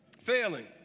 failing